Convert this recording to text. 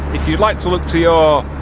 if you'd like to look to your.